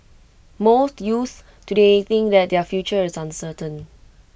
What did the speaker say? most youths today think that their future is uncertain